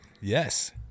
Yes